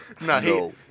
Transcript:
No